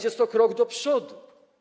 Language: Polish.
Jest to krok do przodu.